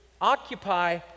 occupy